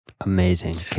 Amazing